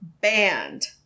band